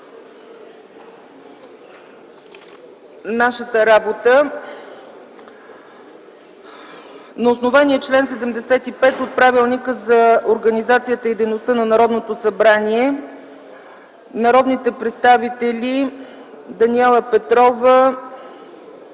нашата работа. На основание чл. 75 от Правилника за организацията и дейността на Народното събрание народните представители Даниела Петрова,